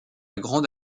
grande